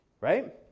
right